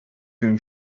cream